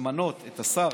למנות את השר